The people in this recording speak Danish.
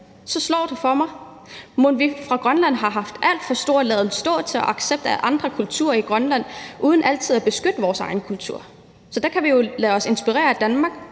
så slår det mig: Har vi mon fra Grønlands side en alt for storsindet forståelse og accept af andre kulturer i Grønland uden altid at beskytte vores egen kultur? Så der kan vi jo lade os inspirere af Danmark,